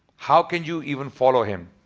how can you even follow him?